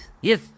Yes